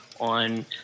on